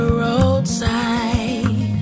roadside